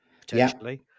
potentially